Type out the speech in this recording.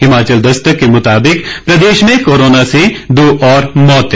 हिमाचल दस्तक के मुताबिक प्रदेश में कोरोना से दौ और मौतें